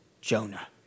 Jonah